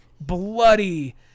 bloody